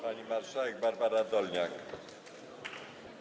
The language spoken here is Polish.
Pani marszałek Barbara Dolniak.